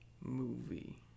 Movie